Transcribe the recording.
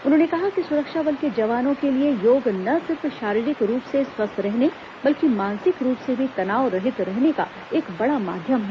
उन्होंने कहा कि सुरक्षा बल के जवानों के लिए योग न सिर्फ शारीरिक रूप से स्वस्थ रहने बल्कि मानसिक रूप से भी तनावरहित रहने का एक बड़ा माध्यम है